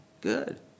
good